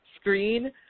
screen